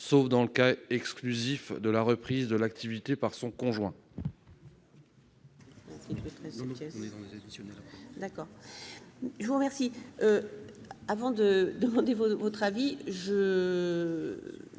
sauf dans le cas exclusif de la reprise de l'activité par son conjoint.